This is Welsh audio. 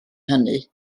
hynny